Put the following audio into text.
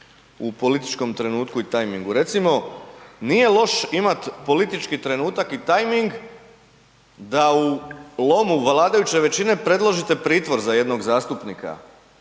u političkom trenutku i tajmingu. Recimo, nije loše imati politički trenutak i tajming da u lomu vladajuće većine predložite pritvor za jednog zastupnika